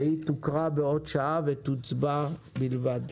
והיא תוקרא בעוד שעה ותוצבע בלבד.